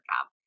job